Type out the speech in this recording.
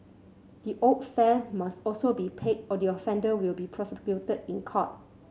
the owed fare must also be paid or the offender will be prosecuted in court